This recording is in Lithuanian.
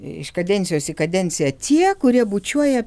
iš kadencijos į kadenciją tie kurie bučiuoja